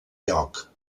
lloc